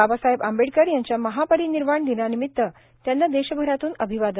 बाबासाहेब आंबेडकर यांच्या महापरिनिर्वाण दिनानिमित्त देशभरातून अभिवादन